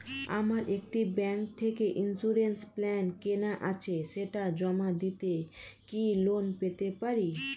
আমার একটি ব্যাংক থেকে ইন্সুরেন্স প্ল্যান কেনা আছে সেটা জমা দিয়ে কি লোন পেতে পারি?